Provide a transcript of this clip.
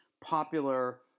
popular